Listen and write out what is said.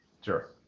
sure